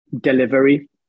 delivery